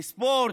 לספורט,